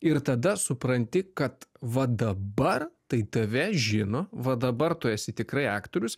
ir tada supranti kad va dabar tai tave žino va dabar tu esi tikrai aktorius